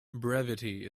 brevity